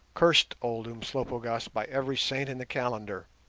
cursed old umslopogaas by every saint in the calendar,